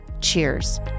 cheers